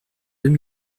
deux